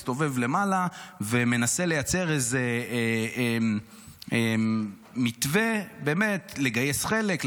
מסתובב למעלה ומנסה לייצר איזה מתווה לגייס חלק,